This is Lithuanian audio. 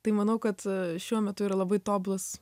tai manau kad šiuo metu yra labai tobulas